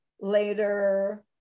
later